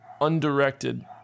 undirected